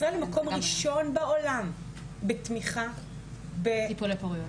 ישראל היא במקום הראשון בעולם בתמיכה בטיפולי הפוריות.